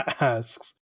asks